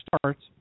starts